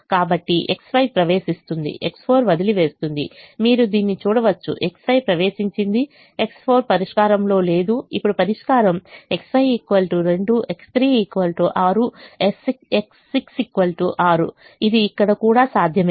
కాబట్టి X5 ప్రవేశిస్తుంది X4 వదిలివేస్తుంది మీరు దీన్ని చూడవచ్చు X5 ప్రవేశించింది X4 పరిష్కారంలో లేదు ఇప్పుడు పరిష్కారం X5 2 X3 6 X6 6 ఇది ఇక్కడ కూడా సాధ్యమే